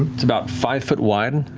it's about five foot wide,